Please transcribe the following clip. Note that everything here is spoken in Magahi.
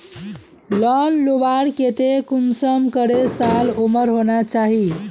लोन लुबार केते कुंसम करे साल उमर होना चही?